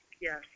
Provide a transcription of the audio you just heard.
Yes